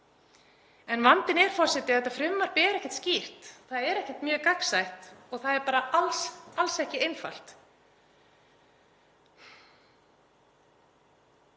En vandinn er að þetta frumvarp er ekkert skýrt, það er ekkert mjög gagnsætt og það er bara alls ekki einfalt.